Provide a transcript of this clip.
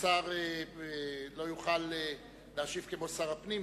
השר לא יוכל להשיב כמו שר הפנים,